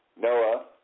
Noah